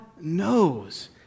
knows